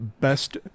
best